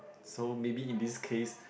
so maybe in this case